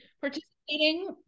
Participating